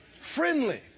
friendly